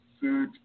food